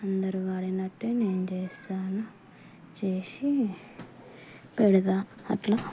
అందరు వాడినట్టే నేను చేస్తాను చేసి పెడతా అట్లా